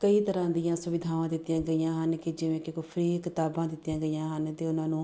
ਕਈ ਤਰ੍ਹਾਂ ਦੀਆਂ ਸੁਵਿਧਾਵਾਂ ਦਿੱਤੀਆਂ ਗਈਆਂ ਹਨ ਕਿ ਜਿਵੇਂ ਕਿ ਕੋਈ ਫ੍ਰੀ ਕਿਤਾਬਾਂ ਦਿੱਤੀਆਂ ਗਈਆਂ ਹਨ ਅਤੇ ਉਹਨਾਂ ਨੂੰ